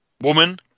Woman